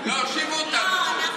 לא, הושיבו אותנו.